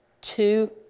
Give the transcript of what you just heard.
two